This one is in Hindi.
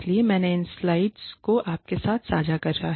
इसलिए मैं इन स्लाइड्स को आपके साथ साझा करुंगा